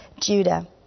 Judah